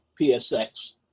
PSX